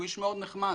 הוא איש מאוד נחמד,